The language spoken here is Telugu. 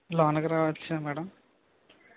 లోనికి రావచ్చా మేడం